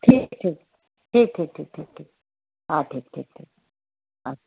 ठीकु ठीकु ठीकु ठीकु ठीकु ठीकु हा ठीकु ठीकु ठीकु हा हा